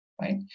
right